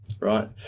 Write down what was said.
right